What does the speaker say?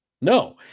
No